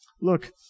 Look